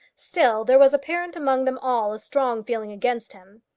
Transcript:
still there was apparent among them all a strong feeling against him.